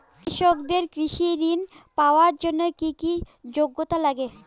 কৃষকদের কৃষি ঋণ পাওয়ার জন্য কী কী যোগ্যতা লাগে?